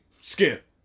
skip